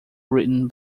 written